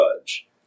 judge